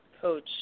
coach